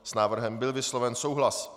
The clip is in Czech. S návrhem byl vysloven souhlas.